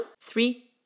Three